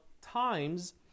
times